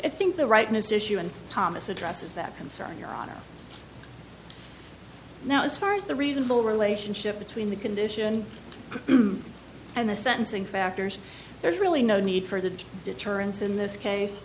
i think the rightness issue and thomas addresses that concern your honor now as far as the reasonable relationship between the condition and the sentencing factors there's really no need for the deterrence in this case